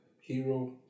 hero